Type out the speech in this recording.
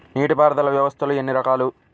నీటిపారుదల వ్యవస్థలు ఎన్ని రకాలు?